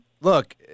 Look